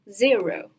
zero